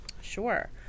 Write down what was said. Sure